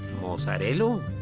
Mozzarella